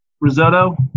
Risotto